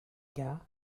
cas